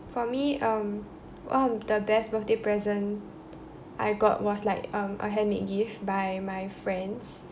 for me um one of the best birthday present I got was like um a handmade gift by my friends